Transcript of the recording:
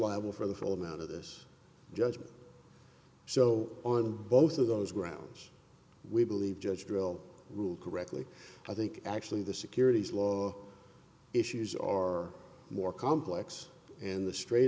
liable for the full amount of this judgment so on both of those grounds we believe judge will rule correctly i think actually the securities law issues are more complex and the stra